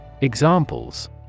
Examples